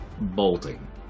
bolting